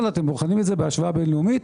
אתם בוחנים את זה בהשוואה בין לאומית.